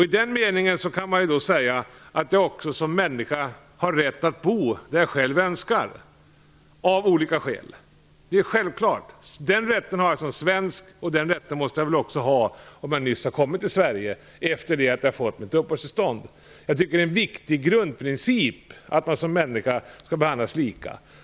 I den meningen kan man säga att jag också som människa har rätt att bo där jag själv av olika skäl önskar. Det är självklart. Den rätten har jag som svensk, och den rätten måste jag väl också ha om jag nyligen har kommit till Sverige efter det att jag har fått uppehållstillstånd. Det är en viktig grundprincip att man som människa skall behandlas lika.